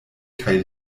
kaj